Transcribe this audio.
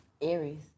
Aries